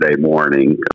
morning